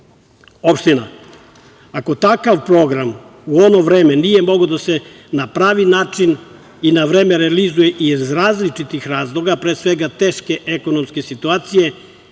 opština. Ako takav program u ono vreme nije mogao da se na pravi način i na vreme realizuje iz različitih razloga, pre svega teške ekonomske situacije